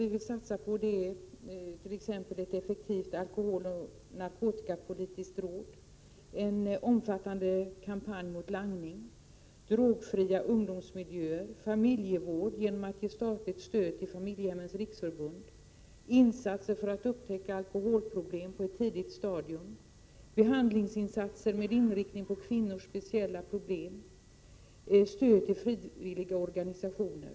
Vi vill satsa på t.ex. ett effektivt alkoholoch narkotikapolitiskt råd, en omfattande kampanj mot langning, drogfria ungdomsmiljöer, familjevård genom ett statligt stöd till Familjehemmens riksförbund, insatser för att upptäcka alkoholproblem på ett tidigt stadium, behandlingsinsatser med inriktning på kvinnors speciella problem och stöd till frivilliga organisationer.